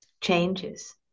changes